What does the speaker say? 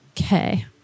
Okay